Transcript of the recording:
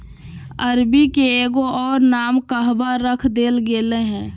अरबी के एगो और नाम कहवा रख देल गेलय हें